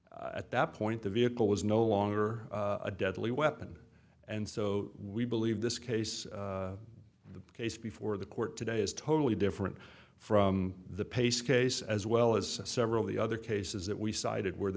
operative at that point the vehicle was no longer a deadly weapon and so we believe this case the case before the court today is totally different from the pace case as well as several the other cases that we cited where the